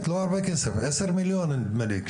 עשר מיליון נדמה לי,